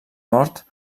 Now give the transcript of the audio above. mort